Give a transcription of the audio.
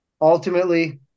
ultimately